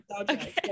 Okay